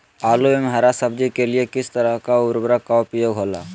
आलू एवं हरा सब्जी के लिए किस तरह का उर्वरक का उपयोग होला?